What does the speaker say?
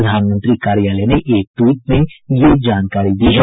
प्रधानमंत्री कार्यालय ने एक ट्वीट में यह जानकारी दी है